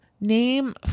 Name